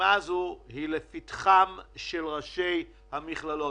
המשימה הזאת היא לפתחם של ראשי המכללות,